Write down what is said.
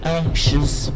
anxious